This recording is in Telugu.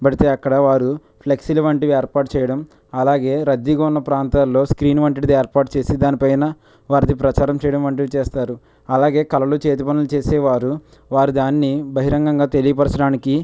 పెడితే అక్కడ వారు ఫ్లెక్సీలు వంటివి ఏర్పాటు చేయడం అలాగే రద్దీగా ఉన్న ప్రాంతాల్లో స్క్రీన్ వంటిది ఏర్పాటు చేసి దానిపైన వారిది ప్రచారం చేయడం వంటివి చేస్తారు అలాగే కళలు చేతి పనులు చేసేవారు వారు దాన్ని బహిరంగంగా తెలియపరచడానికి